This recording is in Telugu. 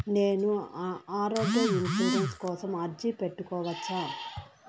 నేను ఆరోగ్య ఇన్సూరెన్సు కోసం అర్జీ పెట్టుకోవచ్చా?